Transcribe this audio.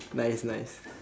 nice nice